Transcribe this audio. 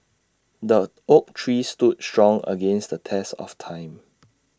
the oak tree stood strong against the test of time